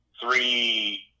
three